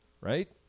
right